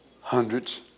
hundreds